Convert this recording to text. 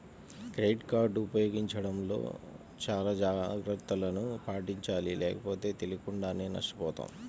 credit card ఉపయోగించడంలో చానా జాగర్తలను పాటించాలి లేకపోతే తెలియకుండానే నష్టపోతాం